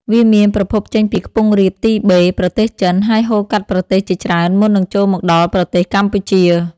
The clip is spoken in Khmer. វាមានប្រភពចេញពីខ្ពង់រាបទីបេ ប្រទេសចិន ហើយហូរកាត់ប្រទេសជាច្រើនមុននឹងចូលមកដល់ប្រទេសកម្ពុជា។